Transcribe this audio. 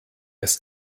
ist